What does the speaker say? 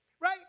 right